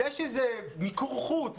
העובדה שזה מיקור חוץ